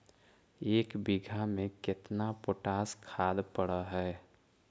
एक बिघा में केतना पोटास खाद पड़ है?